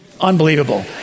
Unbelievable